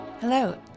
Hello